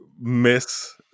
miss